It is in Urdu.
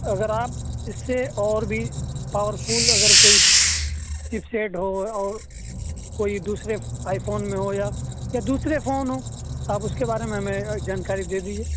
اگر آپ اس سے اور بھی پاور فل اگر کوئی چپ سیٹ ہو اور کوئی دوسرے آئی فون میں ہو یا دوسرے فون ہوں تو آپ اس کے بارے میں ہمیں جانکاری دے دیجیے